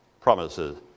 promises